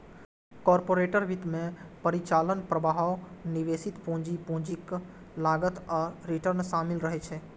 corporate वित्त मे परिचालन प्रवाह, निवेशित पूंजी, पूंजीक लागत आ रिटर्न शामिल रहै छै